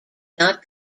not